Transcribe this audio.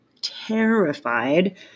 terrified